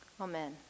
Amen